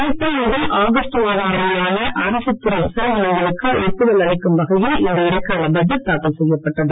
April முதல் August மாதம் வரையிலான அரசுத் துறை செலவினங்களுக்கு ஒப்புதல் அளிக்கும் வகையில் இந்த இடைக்கால பட்ஜெட் தாக்கல் செய்யப்பட்டது